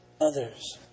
others